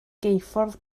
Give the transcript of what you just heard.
geuffordd